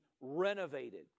renovated